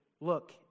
look